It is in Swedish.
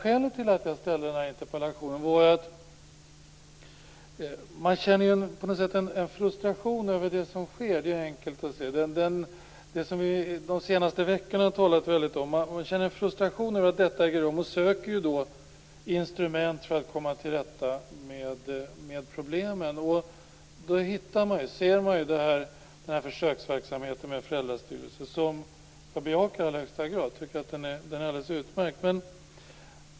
Skälet till att jag framställde denna interpellation var att många känner en frustration över det som sker och som det har talats mycket om under de senaste veckorna. Då söker man instrument för att komma till rätta med problemen. Då ser man försöksverksamheten med föräldrastyrelser - vilken jag i allra högsta grad bejakar och tycker är alldeles utmärkt - som ett instrument.